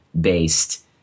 based